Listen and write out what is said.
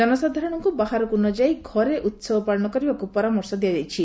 ଜନସାଧାରଣଙ୍କୁ ବାହାରକୁ ନ ଯାଇ ଘରେ ଉତ୍ସବ ପାଳନ କରିବାକୁ ପରାମର୍ଶ ଦିଆଯାଇଛି